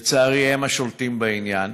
לצערי, הם השולטים בעניין.